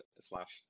slash